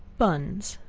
bunns.